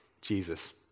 Jesus